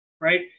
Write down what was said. right